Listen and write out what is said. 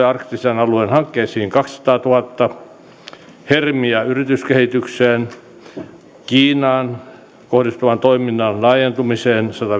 arktisen alueen hankkeisiin kaksisataatuhatta hermia yrityskehityksen kiinaan kohdistuvan toiminnan laajentumiseen